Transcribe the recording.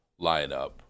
lineup